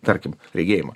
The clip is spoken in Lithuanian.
tarkim regėjimą